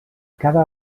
cada